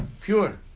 pure